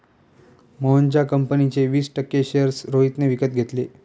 मोहनच्या कंपनीचे वीस टक्के शेअर्स रोहितने विकत घेतले